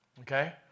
Okay